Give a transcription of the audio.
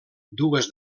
dues